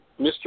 Mr